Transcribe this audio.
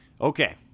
Okay